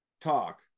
talk